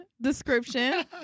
description